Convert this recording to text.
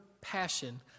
passion